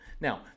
Now